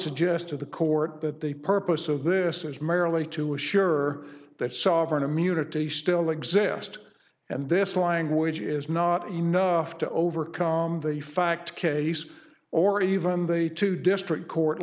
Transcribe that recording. suggest to the court that the purpose of this is merely to assure that sovereign immunity still exist and this language is not enough to overcome the fact case or even the two district court